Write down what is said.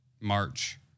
March